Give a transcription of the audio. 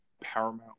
paramount